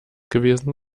gewesen